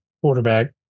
quarterback